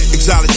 Exotic